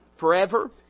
Forever